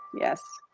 yes,